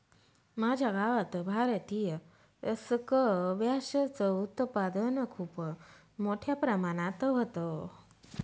माझ्या गावात भारतीय स्क्वॅश च उत्पादन खूप मोठ्या प्रमाणात होतं